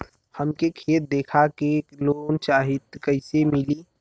हमके खेत देखा के लोन चाहीत कईसे मिली?